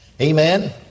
Amen